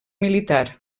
militar